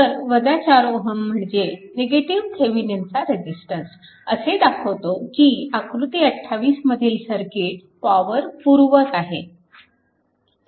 तर 4 Ω म्हणजे निगेटिव्ह थेविनिनचा रेजिस्टन्स Thevenin's resistance असे दर्शवतो की आकृती 28 मधील सर्किट पॉवर पुरवत आहे